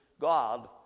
God